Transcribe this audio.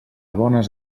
bones